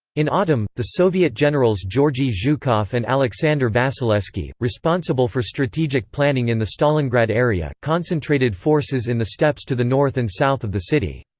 in autumn, the soviet generals georgy zhukov and aleksandr vasilevsky, responsible for strategic planning in the stalingrad area, concentrated forces in the steppes to the north and south of the city.